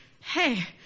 Hey